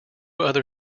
other